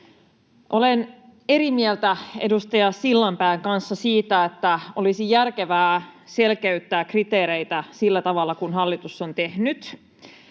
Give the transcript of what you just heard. Olen eri mieltä edustaja Sillanpään kanssa siitä, että olisi järkevää selkeyttää kriteereitä sillä tavalla kuin hallitus on tehnyt.